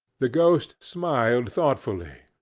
the ghost smiled thoughtfully,